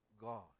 God